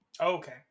Okay